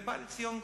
ובא לציון גואל,